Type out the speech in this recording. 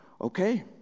Okay